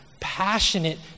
passionate